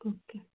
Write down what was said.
okay